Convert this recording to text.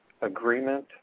agreement